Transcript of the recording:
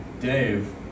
Dave